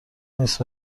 نیست